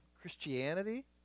Christianity